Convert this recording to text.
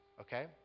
Okay